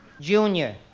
Junior